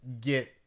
get